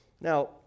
Now